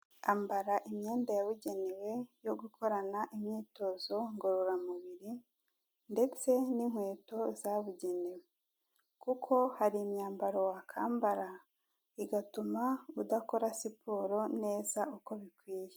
Ambara imyenda yabugenewe yo gukorana imyitozo ngororamubiri, ndetse n'inkweto zabugenewe kuko hari imyambaro wakwambara, igatuma udakora siporo neza uko bikwiye.